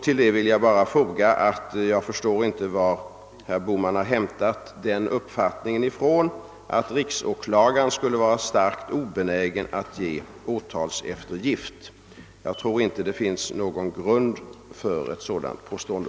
Till detta vill jag foga att jag inte förstår var herr Bohman har hämtat den uppfattningen, att riksåklagaren skulle vara starkt obenägen att ge åtalseftergift. Jag tror inte det finns någon grund för ett sådant påstående.